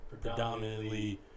predominantly